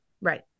Right